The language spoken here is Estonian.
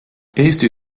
eesti